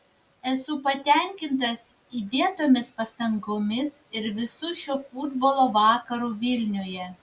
esu patenkintas įdėtomis pastangomis ir visu šiuo futbolo vakaru vilniuje